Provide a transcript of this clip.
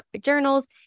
journals